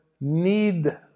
need